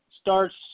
Starts